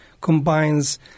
combines